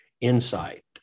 insight